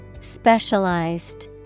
Specialized